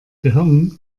gehirn